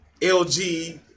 LG